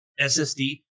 SSD